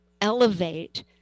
elevate